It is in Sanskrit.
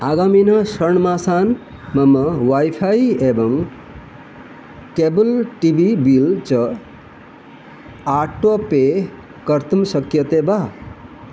आगामिनः षण्मासान् मम वैफ़ै एवं केबल् टी वी बिल् च आटो पे कर्तुं शक्यते वा